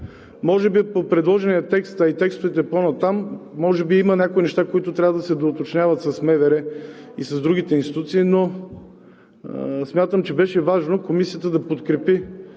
техните държави. В текстовете по-нататък може би има някои неща, които трябва да се доуточняват с МВР и с другите институции, но смятам, че беше важно Комисията да подкрепи